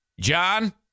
John